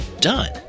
done